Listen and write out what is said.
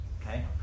okay